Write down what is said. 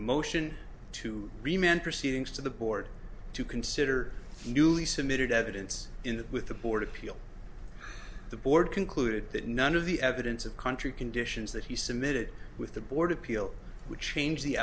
motion to remain proceedings to the board to consider the newly submitted evidence in the with the board appeal the board concluded that none of the evidence of country conditions that he submitted with the board appeal would change the